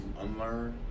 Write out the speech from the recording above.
unlearn